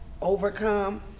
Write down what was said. overcome